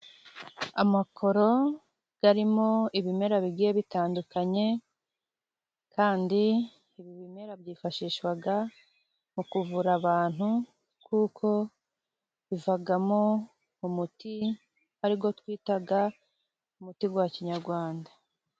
Amakoro arimo ibimera bigiye bitandukanye, kandi ibi bimera byifashishwa mu kuvura abantu, kuko bivamo umuti ariwo twita umuti wa kinyarwanda.